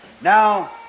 Now